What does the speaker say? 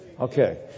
Okay